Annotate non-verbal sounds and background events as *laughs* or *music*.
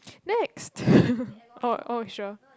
next *laughs* oh oh sure